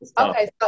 okay